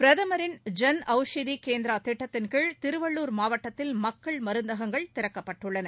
பிரதமின் ஜன் ஒளஷதி கேந்திரா திட்டத்தின் கீழ் திருவள்ளூர் மாவட்டத்தில் மக்கள் மருந்தகங்கள் திறக்கப்பட்டுள்ளன